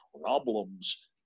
problems